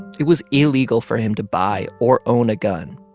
it was illegal for him to buy or own a gun,